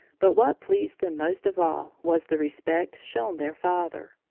but what pleased them most of all was the respect shown their father.